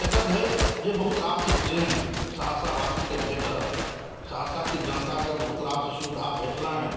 एतय धरि जे बहुत रास ट्रेन सहरसावासीक भेटल सहरसाके जनताके बहुत रास सुविधा भेटलनि